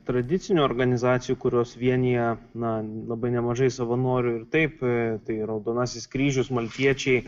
tradicinių organizacijų kurios vienija na labai nemažai savanorių ir taip tai raudonasis kryžius maltiečiai